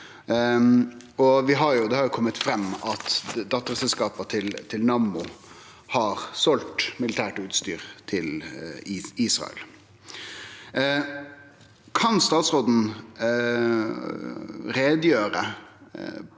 Det har kome fram at dotterselskapa til Nammo har selt militært utstyr til Israel. Kan statsråden gjere